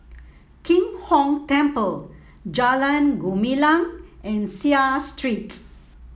Kim Hong Temple Jalan Gumilang and Seah Street